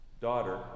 Daughter